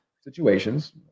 situations